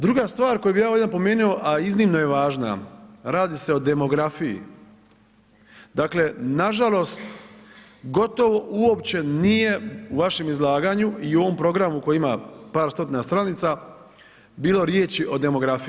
Druga stvar koju bi ja ovdje napomenuo, a iznimno je važna, radi se o demografiji, dakle nažalost gotovo uopće nije u vašem izlaganju i u ovom programu koji ima par stotina stranica, bilo riječi o demografiji.